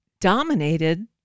dominated